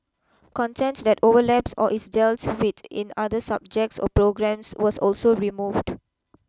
content that overlaps or is dealt with in other subjects or programmes was also removed